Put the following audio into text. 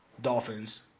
Dolphins